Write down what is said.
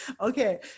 Okay